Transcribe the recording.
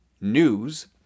news